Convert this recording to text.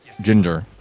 Ginger